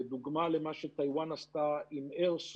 כדוגמה למה שטאיוואן עשתה עם Airsoft